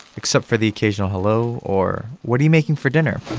except for the occasional hello or, what are you making for dinner?